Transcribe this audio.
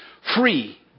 free